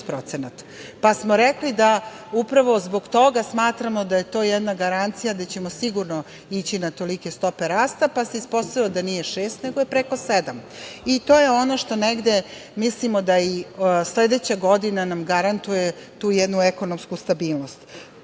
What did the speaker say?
pa smo rekli da upravo zbog toga smatramo da je to jedna garancija da ćemo sigurno ići na tolike stope rasta, pa se ispostavilo da nije 6%, nego je preko 7%. To je ono što negde mislimo da i sledeća godina nam garantuje tu jednu ekonomsku stabilnost. Naravno,